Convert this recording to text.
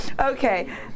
Okay